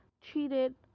cheated